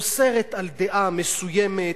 אוסרת דעה מסוימת,